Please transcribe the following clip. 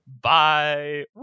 Bye